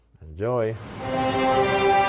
enjoy